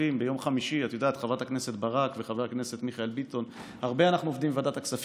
מצב חירום מדומה שבאמצעותו נתניהו וגנץ לא התביישו